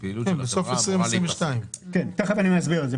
בסוף שנת 2022. תיכף אסביר את זה.